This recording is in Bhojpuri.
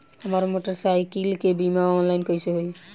हमार मोटर साईकीलके बीमा ऑनलाइन कैसे होई?